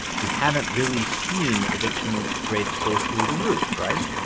we haven't really seen eviction rates go through the roof. right.